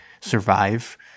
survive